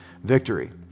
victory